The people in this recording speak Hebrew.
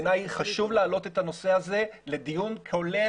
בעיניי חשוב להעלות את הנושא הזה לדיון כולל